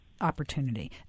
opportunity